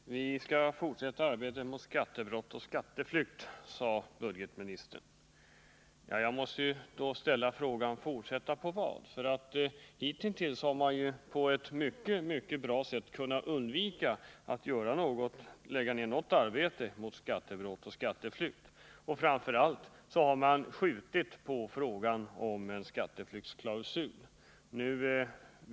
Herr talman! Vi skall fortsätta arbetet med att bekämpa skattebrott och skatteflykt, sade budgetministern. Jag måste fråga: Fortsätta med vad? Hittills har man lyckats väl med att undvika att lägga ned något arbete på att motverka skattebrott och skatteflykt. Framför allt har man skjutit på frågan om en skatteflyktsklausul.